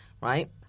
right